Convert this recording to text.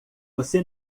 você